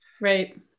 Right